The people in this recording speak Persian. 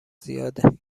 زیاده